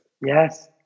Yes